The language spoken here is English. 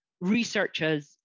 researchers